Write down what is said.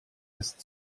ist